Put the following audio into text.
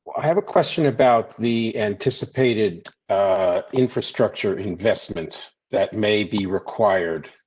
i have a question about the anticipated infrastructure investment that may be required.